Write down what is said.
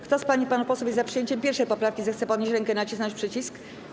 Kto z pań i panów posłów jest za przyjęciem 1. poprawki, zechce podnieść rękę i nacisnąć przycisk.